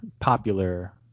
popular